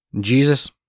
Jesus